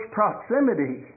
proximity